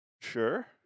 Sure